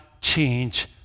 change